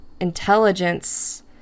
intelligence